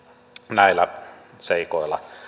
näillä seikoilla